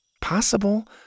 Possible